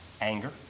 Anger